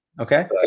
Okay